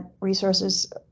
resources